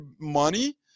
money